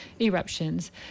eruptions